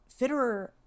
fitterer